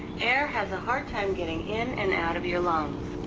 air has a hard time getting in and out of your lungs.